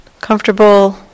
comfortable